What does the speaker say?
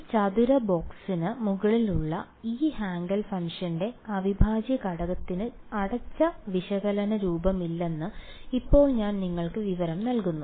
ഒരു ചതുര ബോക്സിന് മുകളിലുള്ള ഈ ഹാങ്കെൽ ഫംഗ്ഷന്റെ അവിഭാജ്യഘടകത്തിന് അടച്ച വിശകലന രൂപമില്ലെന്ന് ഇപ്പോൾ ഞാൻ നിങ്ങൾക്ക് വിവരം നൽകുന്നു